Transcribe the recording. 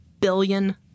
billion